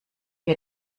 wir